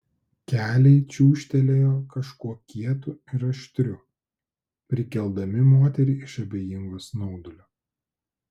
keliai čiūžtelėjo kažkuo kietu ir aštriu prikeldami moterį iš abejingo snaudulio